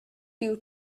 due